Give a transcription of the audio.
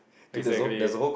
exactly